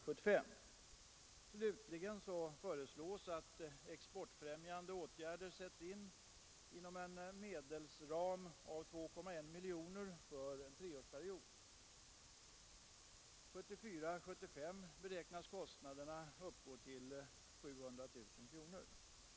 Slutligen föreslås att exportfrämjande åtgärder sätts in inom en medelsram av 2,1 miljoner under en treårsperiod. Budgetåret 1974/75 beräknas kostnaderna uppgå till 700 000 kronor.